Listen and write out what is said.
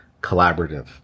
collaborative